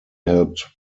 helped